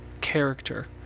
character